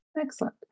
Excellent